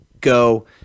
go